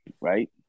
right